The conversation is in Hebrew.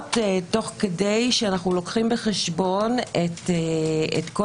זאת תוך כדי שאנחנו לוקחים בחשבון את כל